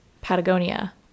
Patagonia